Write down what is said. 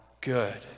good